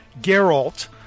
Geralt